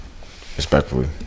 Respectfully